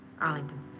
Arlington